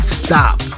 stop